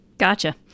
Gotcha